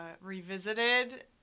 revisited